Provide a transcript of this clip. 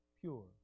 pure